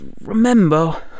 remember